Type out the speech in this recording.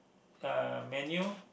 uh menu